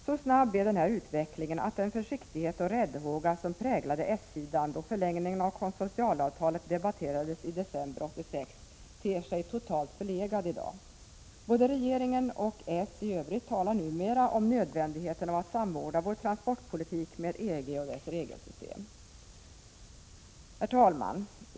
Så snabb är den här utvecklingen att den försiktighet och räddhåga som präglade s-sidan, då förlängningen av konsortialavtalet debatterades i december 1986, ter sig totalt förlegad i dag. Både regeringen och socialdemokraterna i övrigt talar numera om nödvändigheten av att samordna vår transportpolitik med EG och dess regelsystem. Herr talman!